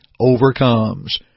overcomes